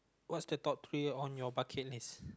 what's the top three on your bucket list